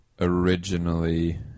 Originally